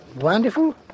Wonderful